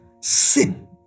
sin